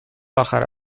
آخر